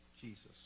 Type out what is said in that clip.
Jesus